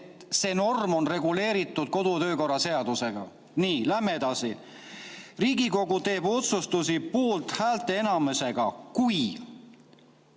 et see norm on reguleeritud kodu- ja töökorra seaduses. Nii, läheme edasi. Riigikogu teeb otsused poolthäälte enamusega, kui